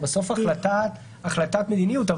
זו בסוף החלטת מדיניות,